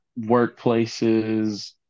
workplaces